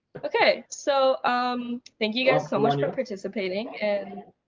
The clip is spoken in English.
okay so um thank you guys so much for participating. and